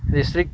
district